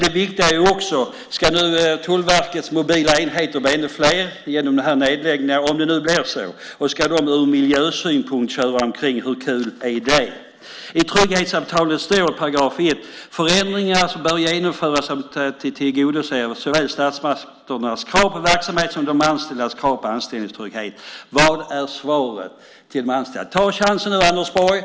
Det viktiga är också: Ska Tullverkets mobila enheter bli ännu fler genom den här nedläggningen, om det nu blir så? Hur kul är det ur miljösynpunkt om de ska köra omkring? I trygghetsavtalet står det i 1 §: "Förändringar bör genomföras så att de tillgodoser såväl statsmakternas krav på verksamheten som de anställdas krav på anställningstrygghet." Vad är svaret till de anställda? Ta chansen nu, Anders Borg!